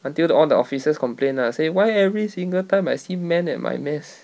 until the all the officers complain lah say why every single time I see men at my mass